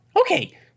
Okay